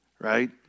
Right